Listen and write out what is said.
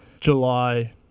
July